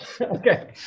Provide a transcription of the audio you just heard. Okay